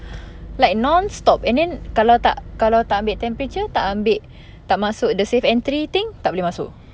like non stop and then kalau tak kalau tak ambil temperature tak ambil tak masuk dekat safe entry thing tak boleh masuk